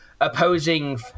opposing